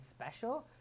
special